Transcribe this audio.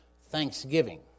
thanksgiving